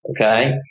Okay